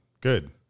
Good